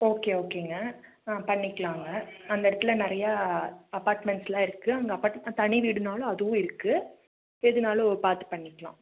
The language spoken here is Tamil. ஓகே ஓகேங்க ஆ பண்ணிக்கலாங்க அந்த இடத்துல நிறையா அப்பார்ட்மெண்ட்ஸெலாம் இருக்குது அந்த அங்கு தனி வீடுனாலும் அதுவும் இருக்குது எதுனாலும் பார்த்து பண்ணிக்கலாம்